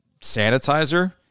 sanitizer